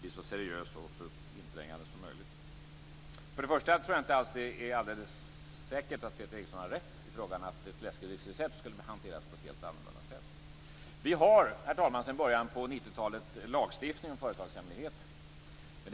blir så seriös och inträngande som möjligt. Först och främst tror jag inte att det är alldeles säkert att Peter Eriksson har rätt i att frågan om läskedrycksrecept skulle hanteras på ett helt annorlunda sätt. Vi har, herr talman, sedan början på 90-talet en lagstiftning om företagshemligheter.